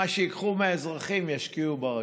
מה שייקחו מהאזרחים ישקיעו ברכבת.